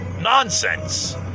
nonsense